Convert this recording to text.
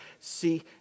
See